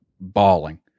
bawling